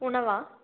உணவா